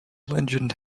legend